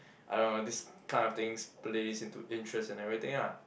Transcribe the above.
I don't know this kind of things plays into interest and everything ah